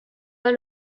pas